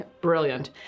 Brilliant